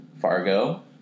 Fargo